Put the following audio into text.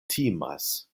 timas